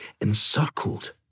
encircled